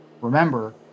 Remember